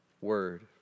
word